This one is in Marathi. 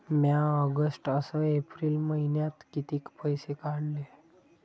म्या ऑगस्ट अस एप्रिल मइन्यात कितीक पैसे काढले?